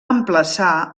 emplaçar